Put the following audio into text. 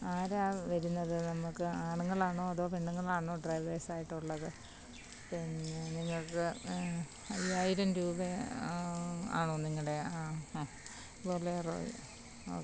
ആരാണ് വരുന്നത് നമ്മൾക്ക് ആണുങ്ങളാണോ അതോ പെണ്ണുങ്ങളാണോ ഡ്രൈവേഴ്സ് ആയിട്ടുള്ളത് പിന്നെ നിങ്ങൾക്ക് അയ്യായിരം രൂപയാണോ ആണോ നിങ്ങളുടെ ബൊലേറൊയോ ഓക്കേ